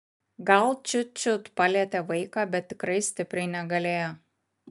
gal čiut čiut palietė vaiką bet tikrai stipriai negalėjo